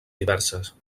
diverses